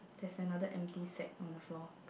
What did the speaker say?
there's another empty sack on the floor